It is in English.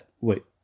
Wait